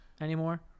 anymore